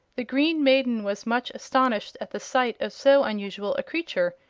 the green maiden was much astonished at the sight of so unusual a creature,